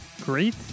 great